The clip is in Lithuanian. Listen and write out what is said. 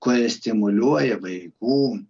kurie stimuliuoja vaikų